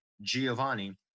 Giovanni